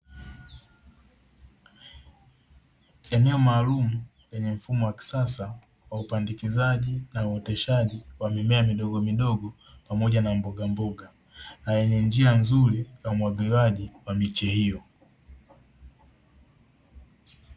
Eneo maalumu yenye mfumo wa kisasa wa upandikizaji na uoteshaji wa mimea midogomidogo pamoja na mbogamboga na yenye njia nzuri ya umwagawaji wa miche hiyo.